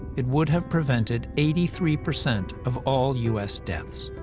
it would have prevented eighty three percent of all u s. deaths.